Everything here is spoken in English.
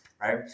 right